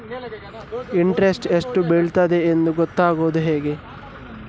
Interest ಎಷ್ಟು ಬೀಳ್ತದೆಯೆಂದು ಗೊತ್ತಾಗೂದು ಹೇಗೆ?